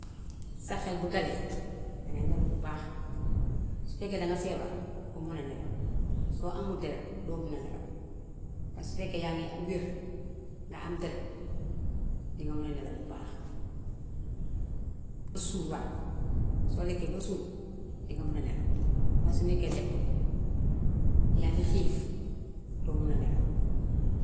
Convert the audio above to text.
Sa xel bu dalee dangay nelaw bu baax. Su fekkee danga feebar, doo mun a nelaw. Soo amut dereet doo mun a nelaw. Waaye su fekkee yaa ngi wér, nga am dereet dinga mun a nelaw bu baax usurwaat. Boo lekkee ba suur dinga mun a nelaw. Waaye su nekkee lekkoo, yaa ngi xiif, doo mun a nelaw.